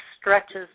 stretches